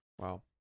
Wow